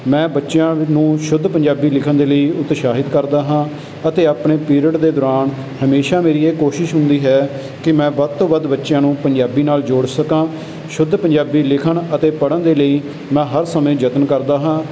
ਮੈਂ ਬੱਚਿਆਂ ਨੂੰ ਸ਼ੁੱਧ ਪੰਜਾਬੀ ਲਿਖਣ ਦੇ ਲਈ ਉਤਸ਼ਾਹਿਤ ਕਰਦਾ ਹਾਂ ਅਤੇ ਆਪਣੇ ਪੀਰੀਅਡ ਦੇ ਦੌਰਾਨ ਹਮੇਸ਼ਾ ਮੇਰੀ ਇਹ ਕੋਸ਼ਿਸ਼ ਹੁੰਦੀ ਹੈ ਕਿ ਮੈਂ ਵੱਧ ਤੋਂ ਵੱਧ ਬੱਚਿਆਂ ਨੂੰ ਪੰਜਾਬੀ ਨਾਲ ਜੋੜ ਸਕਾਂ ਸ਼ੁੱਧ ਪੰਜਾਬੀ ਲਿਖਣ ਅਤੇ ਪੜ੍ਹਣ ਦੇ ਲਈ ਮੈਂ ਹਰ ਸਮੇਂ ਯਤਨ ਕਰਦਾ ਹਾਂ